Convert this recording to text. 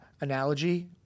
analogy